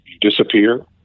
disappear